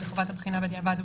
זה חובת הבחינה בדיעבד,